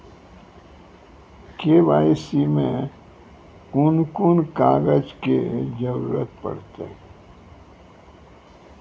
KYC मे कून कून कागजक जरूरत परतै?